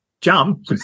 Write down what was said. jump